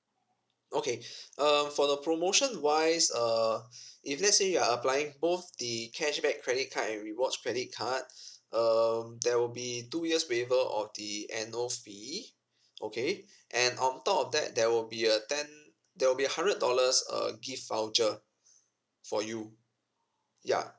okay um for the promotion wise uh if let's say you are applying both the cashback credit card and rewards credit card um there will be two years waiver on the annual fee okay and on top of that there will be a ten there will be a hundred dollars uh gift voucher for you ya